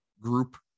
group